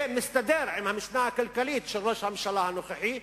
זה מסתדר עם המשנה הכלכלית של ראש הממשלה הנוכחי,